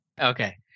Okay